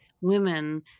women